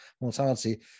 mortality